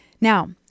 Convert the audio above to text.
Now